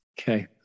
Okay